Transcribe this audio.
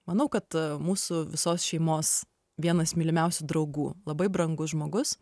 manau kad mūsų visos šeimos vienas mylimiausių draugų labai brangus žmogus